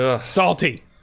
Salty